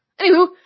Anywho